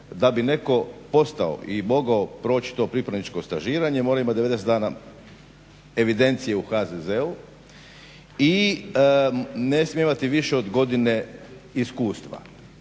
da bi netko postao i mogao proći to pripravničko stažiranje mora imati 90 dana evidencije u HZZ-u i ne smije imati više od godine iskustva.